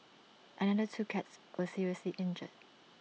another two cats were seriously injured